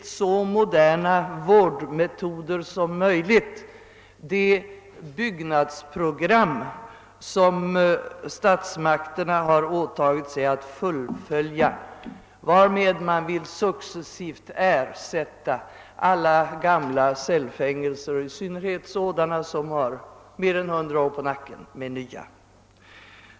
med så moderna vårdmetoder som möjligt fullfölja de byggnadsprogram som statsmakterna har åtagit sig att förverkliga och varmed man vill successivt ersätta alla gamla cellfängelser, i synnerhet sådana som har mer än 100 år på nacken.